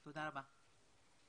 תודה רבה.